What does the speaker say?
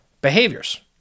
behaviors